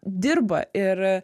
dirba ir